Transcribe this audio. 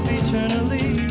eternally